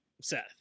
Seth